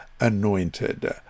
anointed